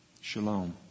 Shalom